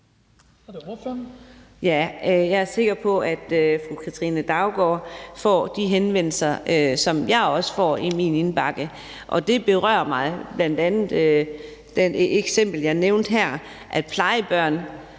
Jeg er sikker på, at fru Katrine Daugaard får de henvendelser, som jeg også får i min indbakke, og de berører mig, bl.a. det eksempel, jeg nævnte her, nemlig at plejebørn